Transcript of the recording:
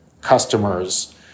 customers